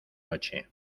noche